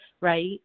right